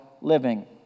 living